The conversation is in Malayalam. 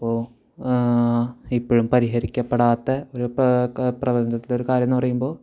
അപ്പോൾ ഇപ്പോഴും പരിഹരിക്കപ്പെടാത്ത ഒരു പ്ര ക പ്രപഞ്ചത്തിലെ ഒരു കാര്യമെന്നു പറയുമ്പോൾ